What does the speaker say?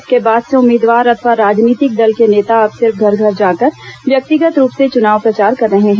इसके बाद से उम्मीदवार अथवा राजनीतिक दल के नेता अब सिर्फ घर घर जाकर व्यक्तिगत रूप से चुनाव प्रचार कर रहे हैं